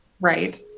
Right